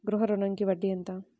గృహ ఋణంకి వడ్డీ ఎంత?